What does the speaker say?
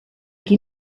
qui